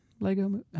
Lego